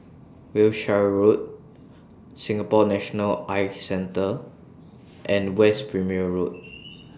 Wiltshire Road Singapore National Eye Centre and West Perimeter Road